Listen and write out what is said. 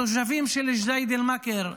התושבים של ג'דיידה-מכר,